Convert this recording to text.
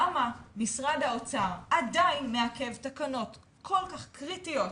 למה משרד האוצר עדיין מעכב תקנות כל כך קריטיות?